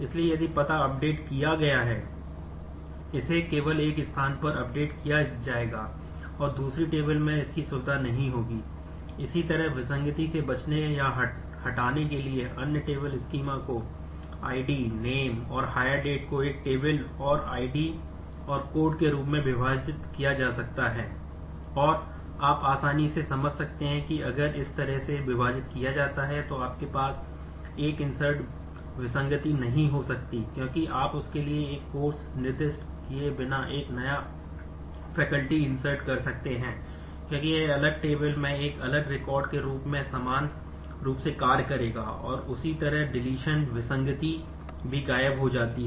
इसलिए यदि पता अपडेट भी गायब हो जाती है